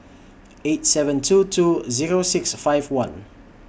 eight seven two two Zero six five one